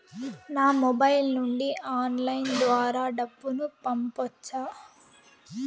నా మొబైల్ నుండి ఆన్లైన్ ద్వారా డబ్బును పంపొచ్చా